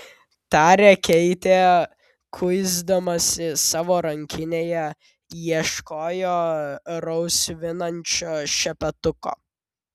tarė keitė kuisdamasi savo rankinėje ieškojo rausvinančio šepetuko